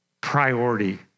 priority